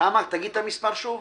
תגיד את המספר שוב.